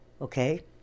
Okay